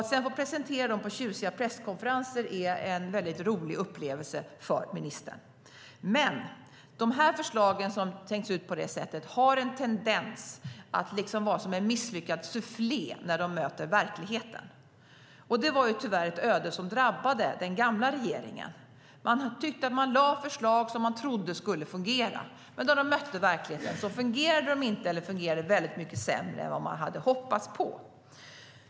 Att sedan få presentera dem på tjusiga presskonferenser är en väldigt rolig upplevelse för ministern. Men de förslag som tänkts ut på det sättet har en tendens att vara som en misslyckad sufflé när de möter verkligheten. Det var tyvärr ett öde som drabbade den gamla regeringen. Man tyckte att man lade fram förslag som man trodde skulle fungera, men när de mötte verkligheten så fungerade de inte eller fungerade väldigt mycket sämre än vad man hade hoppats på.